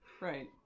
Right